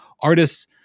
artists